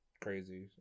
crazy